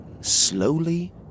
Slowly